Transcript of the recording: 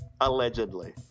Allegedly